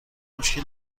مشکی